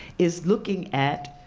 is looking at